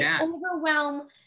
overwhelm